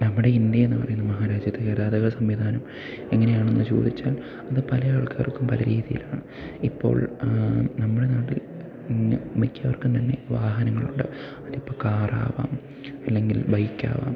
നമ്മുടെ ഇന്ത്യ എന്ന് പറയുന്ന മഹാരാജ്യത്ത് ഗതാഗത സംവിധാനം എങ്ങനെയാണെന്ന് ചോദിച്ചാൽ അത് പല ആൾക്കാർക്കും പല രീതിയിലാണ് ഇപ്പോൾ നമ്മുടെ നാട്ടിൽ മിക്കവർക്കും തന്നെ വാഹനങ്ങളുണ്ട് അതിപ്പോൾ കാറാവാം ഇല്ലെങ്കിൽ ബൈക്കാവാം